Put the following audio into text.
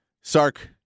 sark